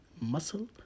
muscle